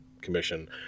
commission